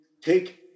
take